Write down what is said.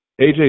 AJ